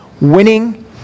winning